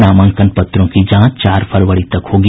नामांकन पत्रों की जांच चार फरवरी तक होगी